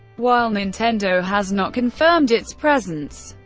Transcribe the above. while nintendo has not confirmed its presence,